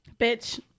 bitch